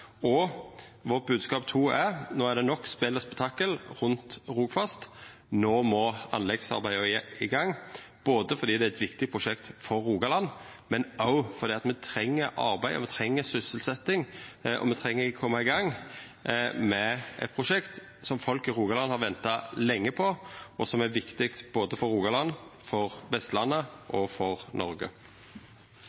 Vårt andre bodskap er at no er det nok spel og spetakkel rundt Rogfast. No må anleggsarbeidet i gang – både fordi det er eit viktig prosjekt for Rogaland og fordi me treng arbeid, me treng sysselsetjing. Me treng å koma i gang med eit prosjekt som folk i Rogaland har venta lenge på, og som er viktig både for Rogaland, for Vestlandet